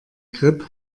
grip